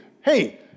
hey